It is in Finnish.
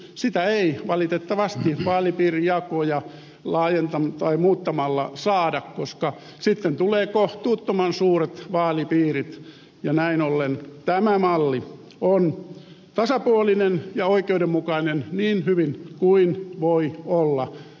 sitä ei valitettavasti vaalipiirijakoja muuttamalla saada koska sitten tulevat kohtuuttoman suuret vaalipiirit ja näin ollen tämä malli on tasapuolinen ja oikeudenmukainen niin hyvin kuin voi olla